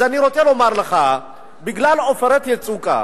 אז אני רוצה לומר לך, בגלל "עופרת יצוקה"